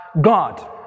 God